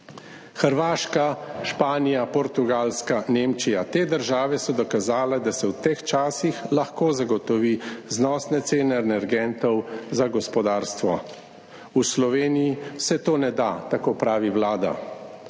Hrvaška, Španija, Portugalska, Nemčija, te države so dokazale, da se v teh časih lahko zagotovi znosne cene energentov za gospodarstvo, v Sloveniji se to ne da, tako pravi Vlada.